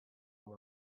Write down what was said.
one